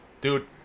dude